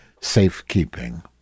safekeeping